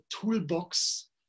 toolbox